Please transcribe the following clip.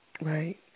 Right